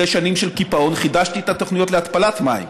אחרי שנים של קיפאון חידשתי את התוכניות להתפלת מים.